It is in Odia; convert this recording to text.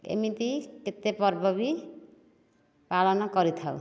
ଏମିତି କେତେ ପର୍ବ ବି ପାଳନ କରିଥାଉ